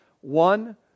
One